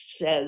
says